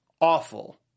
Awful